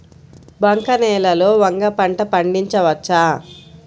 బంక నేలలో వంగ పంట పండించవచ్చా?